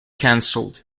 cancelled